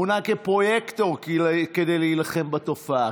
מונה כפרויקטור כדי להילחם בתופעה.